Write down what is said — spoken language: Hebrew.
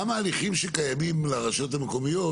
גם ההליכים שקיימים לרשויות המקומיות,